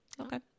Okay